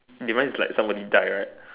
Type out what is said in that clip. even if it's like somebody die right